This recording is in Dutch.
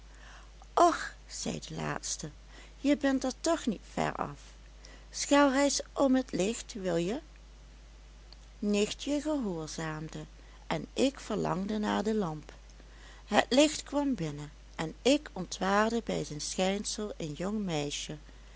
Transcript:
och zei de laatste je bent er toch niet ver af schel reis om het licht wilje nichtje gehoorzaamde en ik verlangde naar de lamp het licht kwam binnen en ik ontwaarde bij zijn schijnsel een jong meisje